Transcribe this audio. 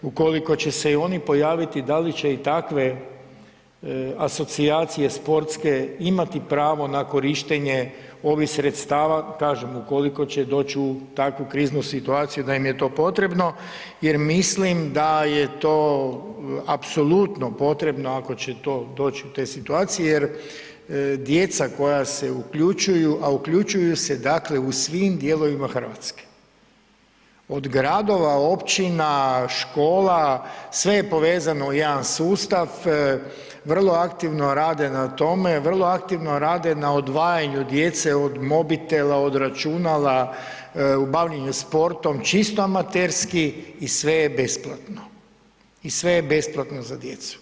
Ukoliko će se i oni pojaviti da li će i takve asocijacije sportske imati pravo na korištenje ovih sredstava, kažem, ukoliko doć u takvu kriznu situaciju da im je to potrebno jer mislim da je to apsolutno potrebno ako će to, doć u te situacije jer djeca koja se uključuju, a uključuju se, dakle u svim dijelovima RH, od gradova, općina, škola, sve je povezano u jedan sustav, vrlo aktivno rade na tome, vrlo aktivno rade na odvajanju djece od mobitela, od računala, u bavljenju sportom, čisto amaterski i sve je besplatno i sve je besplatno za djecu.